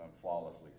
flawlessly